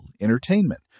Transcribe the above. entertainment